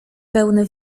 pełne